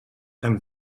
tan